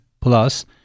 plus